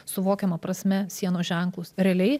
suvokiama prasme sienos ženklus realiai